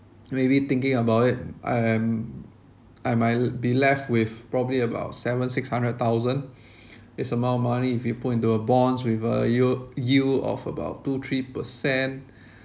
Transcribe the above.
maybe thinking about it I am I might be left with probably about seven six hundred thousand this amount of money if you put into a bonds with uh yield yield of about two three percent